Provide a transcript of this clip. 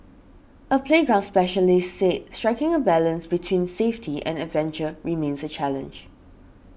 a playground specialist said striking a balance between safety and adventure remains a challenge